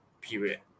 period